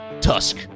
Tusk